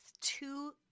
two